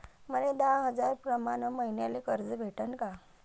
मले दहा हजार प्रमाण मईन्याले कर्ज भेटन का?